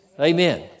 Amen